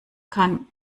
kann